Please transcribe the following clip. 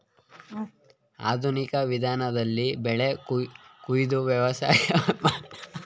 ಆಧುನಿಕ ವಿಧಾನದಲ್ಲಿ ಬೆಳೆ ಕೊಯ್ದು ವ್ಯವಸಾಯ ಮಾಡುವುದರಿಂದ ಬೆಳೆ ನಷ್ಟವನ್ನು ತಗ್ಗಿಸಬೋದು